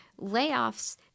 layoffs